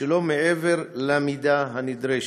שלא מעבר למידה הנדרשת.